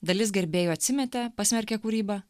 dalis gerbėjų atsimetė pasmerkė kūrybą